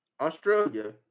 australia